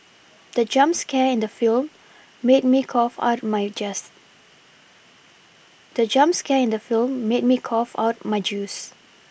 the jump scare in the film made me cough out my just the jump scare in the film made me cough out my juice